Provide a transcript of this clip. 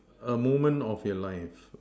a moment of your life